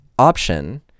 option